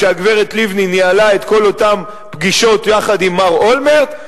כשהגברת לבני ניהלה את כל אותן פגישות יחד עם מר אולמרט,